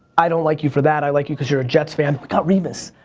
i don't like you for that, i like you because you're a jets fan. we got revis,